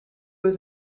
was